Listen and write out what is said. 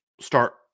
start –